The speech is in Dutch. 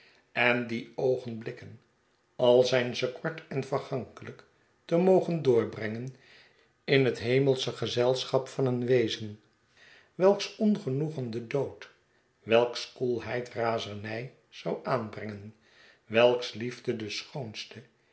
en die oogenblikken al zijn ze kort en vergankelijk te mogen doorbrengen in het hemelsche gezelschap van een wezen welks ongenoegen den dood welks koelheid razernij zou aanbrengen welks liefde de schoonste